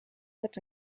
wird